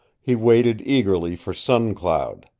he waited eagerly for sun cloud.